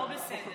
זה לא בסדר.